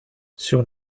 sur